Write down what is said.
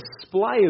display